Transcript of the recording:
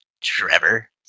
Trevor